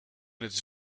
its